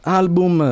album